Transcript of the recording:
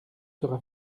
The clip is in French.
sera